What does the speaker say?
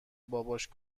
باباش